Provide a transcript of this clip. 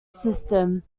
system